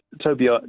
Tobias